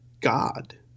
God